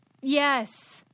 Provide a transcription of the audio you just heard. Yes